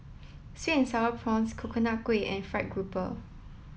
sweets or prawns coconut kuih and fried grouper